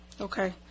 Okay